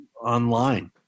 online